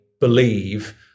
believe